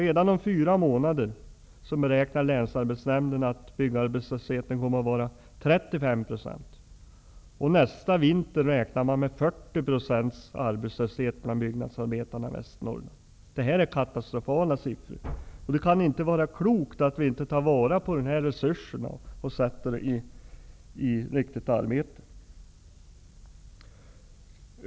Länsarbetsnämnden beräknar att byggarbetslösheten kommer att vara 35 % om bara tre månader. Man räknar också med att arbetslösheten bland byggnadsarbetarna i Västernorrland kommer att vara 40 % nästa vinter. Siffrorna är katastrofala. Det är inte klokt att vi inte tar vara på dessa resurser för riktigt arbete.